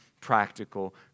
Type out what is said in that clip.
practical